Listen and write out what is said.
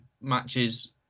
matches